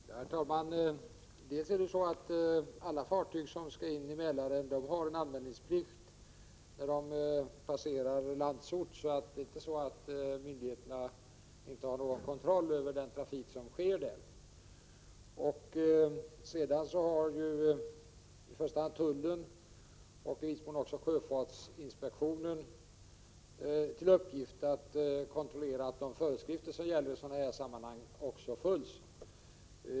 Prot. 1987/88:62 Herr talman! Alla fartyg som skall in i Mälaren har plikt att anmäla sig när — 4 februari 1988 de passerar Landsort. Det är alltså inte så att myndigheterna inte har någon Omsverlsämhälen slå kontroll över den trafik som där sker. Vidare har i första hand tullen men i viss mån även sjöfartsinspektionen till SRIETOHa Ver uppgift att kontrollera att de föreskrifter som gäller i sådana sammanhang också följs.